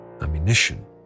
ammunition